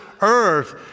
earth